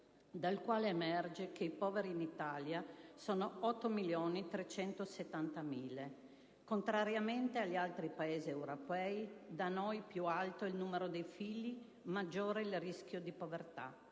dal quale emerge che i poveri in Italia sono 8.370.000. Contrariamente agli altri Paesi europei, da noi più alto è il numero dei figli, maggiore è il rischio povertà.